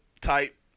type